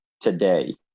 today